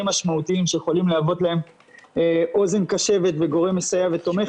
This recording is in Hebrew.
משמעותיים שיכולים להוות להם אוזן קשבת וגורם מסייע ותומך,